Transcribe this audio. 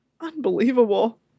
Unbelievable